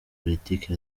politiki